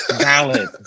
valid